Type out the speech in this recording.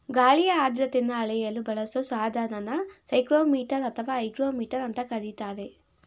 ಗಾಳಿಯ ಆರ್ದ್ರತೆನ ಅಳೆಯಲು ಬಳಸೊ ಸಾಧನನ ಸೈಕ್ರೋಮೀಟರ್ ಅಥವಾ ಹೈಗ್ರೋಮೀಟರ್ ಅಂತ ಕರೀತಾರೆ